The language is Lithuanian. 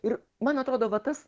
ir man atrodo va tas